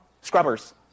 Scrubbers